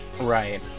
right